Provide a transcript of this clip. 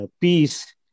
peace